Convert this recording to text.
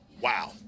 Wow